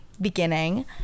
beginning